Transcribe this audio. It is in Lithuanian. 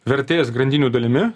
vertės grandinių dalimi